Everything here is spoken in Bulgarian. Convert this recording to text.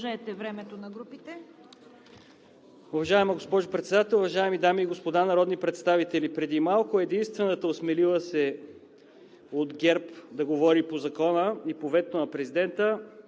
Удължете времето на групите.